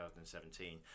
2017